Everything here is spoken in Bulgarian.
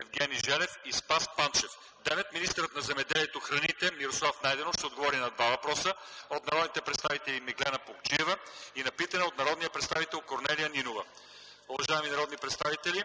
Евгений Желев и Спас Панчев. 9. Министърът на земеделието и храните Мирослав Найденов ще отговори на два въпроса от народния представител Меглена Плугчиева и на питане от народния представител Корнелия Нинова. Уважаеми народни представители,